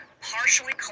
partially